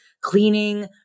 cleaning